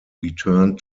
returned